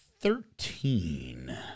thirteen